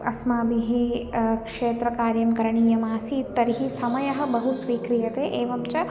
अस्माभिः क्षेत्रकार्यं करणीयमासीत् तर्हि समयः बहु स्वीक्रियते एवं च